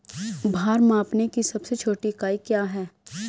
भार मापने की सबसे छोटी इकाई क्या है?